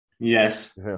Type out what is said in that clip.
Yes